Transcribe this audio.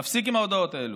להפסיק עם ההודעות האלו.